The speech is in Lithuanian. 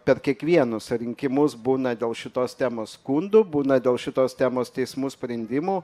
per kiekvienus rinkimus būna dėl šitos temos skundų būna dėl šitos temos teismų sprendimų